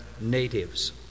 natives